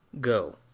Go